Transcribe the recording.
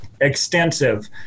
extensive